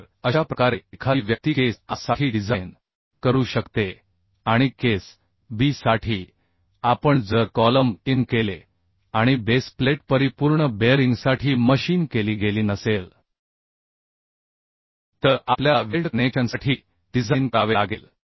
तर अशा प्रकारे एखादी व्यक्ती केस A साठी डिझाइन करू शकते आणि केस B साठी आपण जर कॉलम इन केले आणि बेस प्लेट परिपूर्ण बेअरिंगसाठी मशीन केली गेली नसेल तर आपल्याला वेल्ड कनेक्शनसाठी डिझाइन करावे लागेल